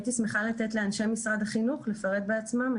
הייתי שמחה לתת לאנשי משרד החינוך לפרט בעצמם.